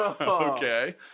Okay